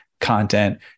content